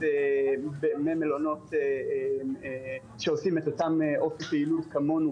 ממלונות שעושים את אותה פעילות כמונו